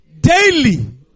Daily